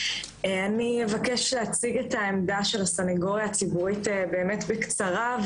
אבקש להציג את עמדת הסנגוריה הציבורית בקצרה.